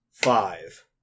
Five